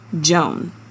Joan